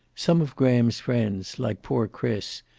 some of graham's friends, like poor chris,